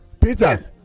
Peter